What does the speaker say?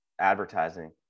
advertising